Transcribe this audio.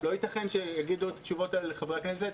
לא ייתכן שיגידו את התשובות האלה לחברי הכנסת.